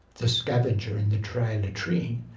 the scavenger in the dry latrine.